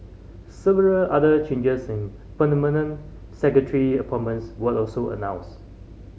several other changes in secretary appointments were also announced